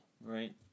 right